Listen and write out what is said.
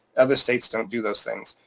other states don't do those things,